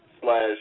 slash